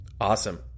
Awesome